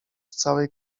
całej